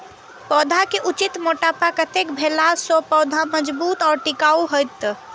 पौधा के उचित मोटापा कतेक भेला सौं पौधा मजबूत आर टिकाऊ हाएत?